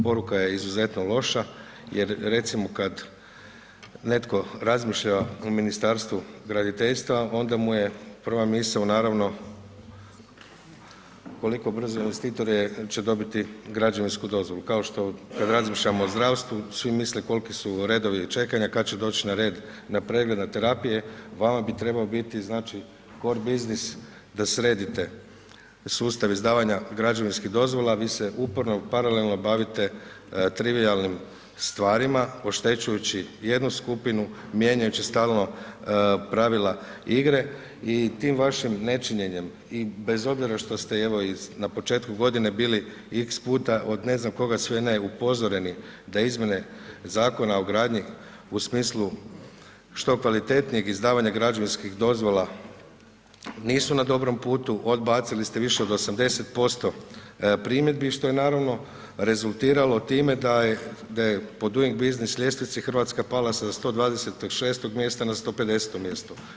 Poruka je izuzetno loša jer, recimo, kad netko razmišlja o Ministarstvu graditeljstva, onda mu je prva misao, naravno koliko brzo investitori će dobiti građevinsku dozvolu, kao što razmišljamo o zdravstvu, svi misle koliki su redovi čekanja, kad će doći na red, na pregled, na terapije, vama bi trebao biti znači core business da sredite sustav izdavanja građevinskih dozvola, vi se uporno paralelno bavite trivijalnim stvarima oštećujući jednu skupina, mijenjajući stalno pravila igre i tim vašim nečinjenjem i bez obzira što ste, evo, na početku godine bili x puta od ne znam koga sve ne upozoreni da izmjene Zakona o gradnji u smislu što kvalitetnijeg izdavanja građevinskih dozvola nisu na dobrom putu, odbacili ste više od 80% primjedbi, što je naravno rezultiralo time da je po Doing Business ljestvici Hrvatska pala sa 126. mjesta na 150. mjesto.